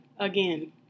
Again